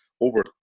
over